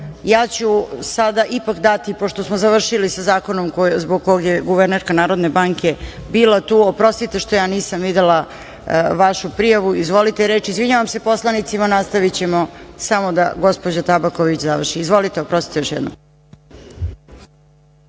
ja ću sada ipak dati reč, pošto smo završili sa zakonom zbog kog je guvernerka Narodne banke bila tu, oprostite što nisam videla vašu prijavu. Izvinjavam se poslanicama. Nastavićemo samo da gospođa Tabaković završi. Izvolite i oprostite još jednom.